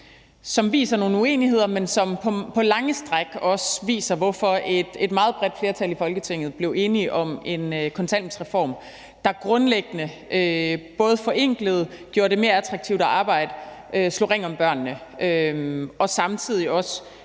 som viser nogle uenigheder, men som på lange stræk også viser, hvorfor et meget bredt flertal i Folketinget blev enige om en kontanthjælpsreform, der grundlæggende både forenklede, gjorde det mere attraktivt at arbejde, slog ring om børnene og samtidig også